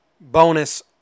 bonus